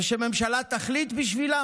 ושהממשלה תחליט בשבילם?